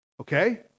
okay